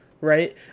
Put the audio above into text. Right